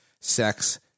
sex